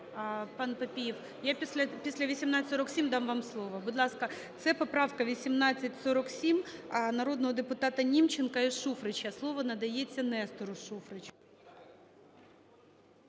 Пан Папієв, я після 1847 дам вам слово. Будь ласка, це поправка 1847 народного депутата Німченка і Шуфрича. Слово надається Нестору Шуфричу.